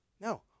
No